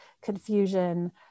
confusion